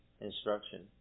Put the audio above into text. instruction